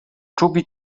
czubi